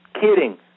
kidding